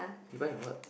he buy for what